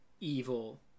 evil